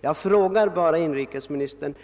Jag frågar inrikesministern: